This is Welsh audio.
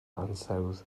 ansawdd